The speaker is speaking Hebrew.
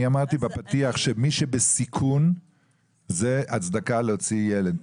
אני אמרתי בפתיח שמי שבסיכון זו הצדקה להוציא ילד,